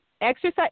exercise